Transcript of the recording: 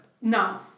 No